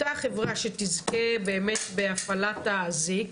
אותה חברה שתזכה בהפעלת האזיק,